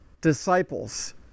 disciples